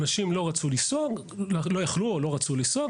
אנשים לא יכלו או לא רצו לנסוע,